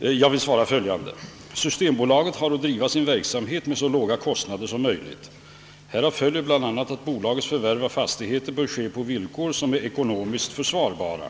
t.ex. vad beträffar Avenyn 18 i Göteborg. Jag vill svara följande. Systembolaget har att driva sin verksamhet med så låga kostnader som möjligt. Härav följer bl.a. att bolagets förvärv av fastigheter bör ske på villkor som är ekonomiskt försvarbara.